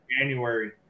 january